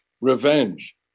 revenge